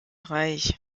reich